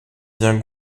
vient